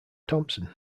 thompson